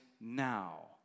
now